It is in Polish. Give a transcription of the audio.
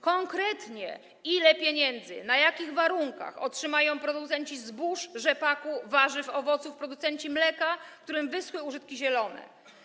Konkretnie: Ile pieniędzy na jakich warunkach otrzymają producenci zbóż, rzepaku, warzyw, owoców, producenci mleka, którym wyschły użytki zielone?